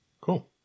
Cool